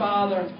Father